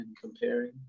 comparing